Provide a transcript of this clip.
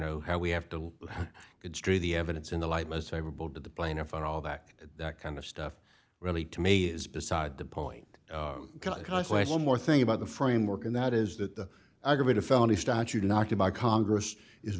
know how we have to have the evidence in the light most favorable to the plaintiff and all that that kind of stuff really to me is beside the point because one more thing about the framework and that is that the aggravated felony statute not by congress is